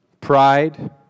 pride